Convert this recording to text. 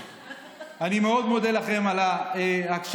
אני מאוד מודה לכם על ההקשבה.